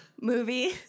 movie